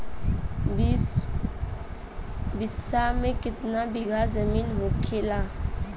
बीस बिस्सा में कितना बिघा जमीन होखेला?